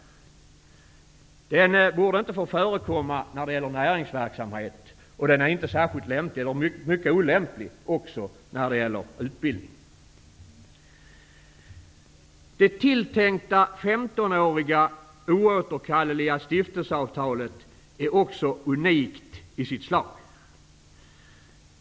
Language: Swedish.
Den här organisationsformen borde inte få förekomma i fråga om näringsverksamhet, och den är mycket olämplig i fråga om utbildning. Det tilltänkta femtonåriga, oåterkalleliga stiftelseavtalet är också unikt i sitt slag.